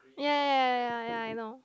ya ya ya ya ya I know